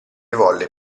volle